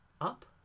Up